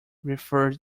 referred